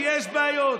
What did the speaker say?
כי יש בעיות,